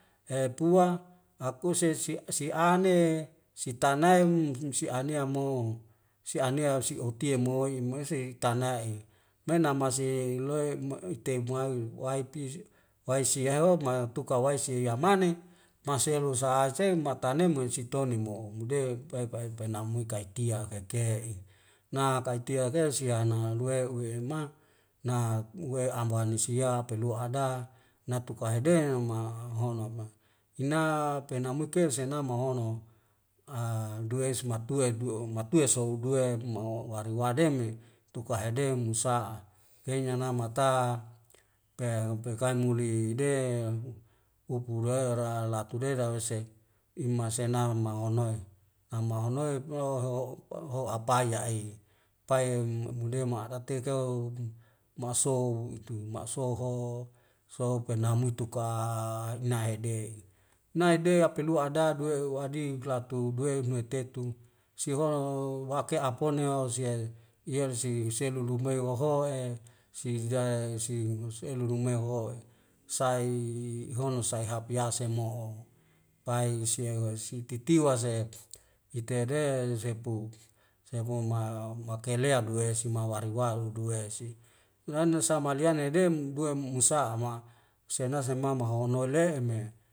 E puang akuse si siane sitanaem msi msi sianea mo si anea sia otiamoi moi se tana'i me namasi loi mu teimalu waipis waisia ho matukawai si yamane masu' elu saha seng ma tane moisi toni mo mode pai pai pai namui kai tial kai kei na kai tiak'e siana luwe ewe ma na uwe amwanisia pelu ada natuka hede ma hono ma. ina penakumer sena mahono a duwe smat tuwe du'u matue soe due ma'o wareng waden nei tukahede mus'a keinya namata pe pe kaina muli de upu la ra latudeda o seng imasenawa mau bo honoe a mahonoe ploho ho apai'i pai mude ma araptil kau ma'sou itu ma'sou ho so penamu itu ka inai de nai de apelu adadue u wadiklatu duwe nuwetetu sihora ho wake apone o sie yelsi selulumai wa hoye si zai si ngelus elu lumei ho sai hono sai hapya semo pai sewe sititiwa se itede zepu semoma makelean wesi mawari waru duwe si lena sa maliani nede mu duwe mu musa'a ma husenaza mama hoinole'e me